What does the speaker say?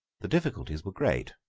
the difficulties were great.